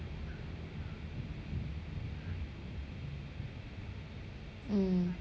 mm